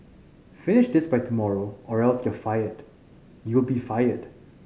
finish this by tomorrow or else you'll fired you'll be fired